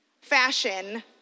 fashion